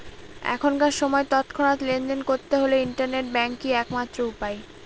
এখনকার সময় তৎক্ষণাৎ লেনদেন করতে হলে ইন্টারনেট ব্যাঙ্কই এক মাত্র উপায়